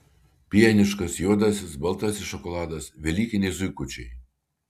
pieniškas juodasis baltasis šokoladas velykiniai zuikučiai